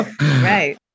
right